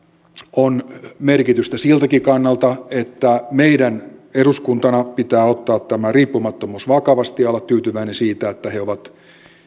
on merkitystä siltäkin kannalta että meidän eduskuntana pitää ottaa tämä riippumattomuus vakavasti ja olla tyytyväisiä siitä että he ovat